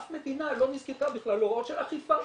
אף אחד לא נזקקה בכלל להוראות של אכיפה,